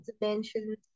dimensions